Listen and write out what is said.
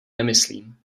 nemyslím